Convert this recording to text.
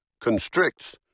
constricts